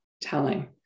telling